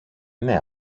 ναι